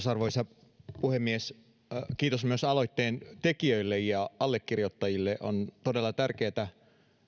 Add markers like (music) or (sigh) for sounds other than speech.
(unintelligible) arvoisa puhemies kiitos aloitteen tekijöille ja allekirjoittajille on todella tärkeätä